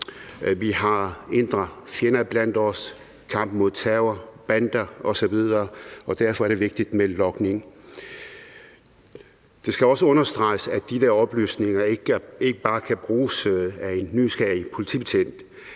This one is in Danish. Vi har indre fjender iblandt os, der er kampen mod terror, bander osv., og derfor er det vigtigt med logning. Det skal også understreges, at de der oplysninger ikke bare kan bruges af en nysgerrig politibetjent.